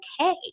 okay